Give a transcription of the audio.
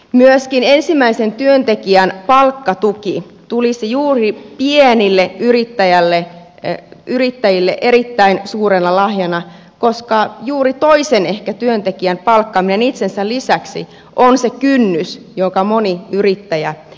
myöskin ensimmäisen työntekijän palkkatuki tulisi juuri pienille yrittäjille erittäin suurena lahjana koska ehkä juuri toisen työntekijän palkkaaminen itsensä lisäksi on se kynnys jonka moni yrittäjä jättää ylittämättä